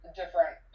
different